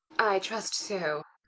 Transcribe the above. i trust so.